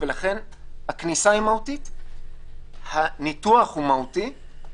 לכן, הכניסה היא מהותית, הניתוח הוא מהותי,